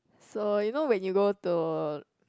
so you know when you go to